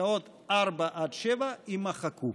ופסקאות (4) עד (7) יימחקו.